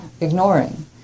ignoring